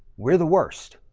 we're the worst.